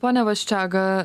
pone vasčiaga